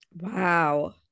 Wow